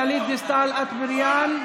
גלית דיסטל אטבריאן,